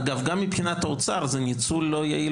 אגב גם מבחינת האוצר זה ניצול לא יעיל